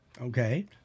Okay